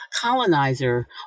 colonizer